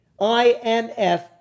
IMF